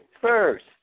first